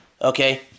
Okay